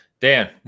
Dan